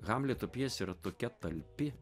hamleto pjesė yra tokia talpi